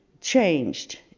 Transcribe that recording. changed